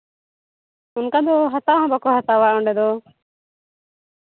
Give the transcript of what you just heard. ᱚᱱᱠᱟ ᱫᱚ ᱦᱟᱛᱟᱣ ᱦᱚᱸ ᱵᱟᱠᱚ ᱦᱟᱛᱟᱣᱟ ᱚᱸᱰᱮ ᱫᱚ